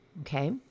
Okay